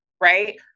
right